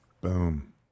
Boom